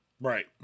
Right